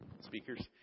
speakers